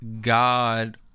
God